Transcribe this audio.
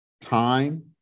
time